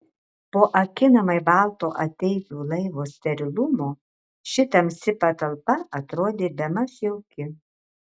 po akinamai balto ateivių laivo sterilumo ši tamsi patalpa atrodė bemaž jauki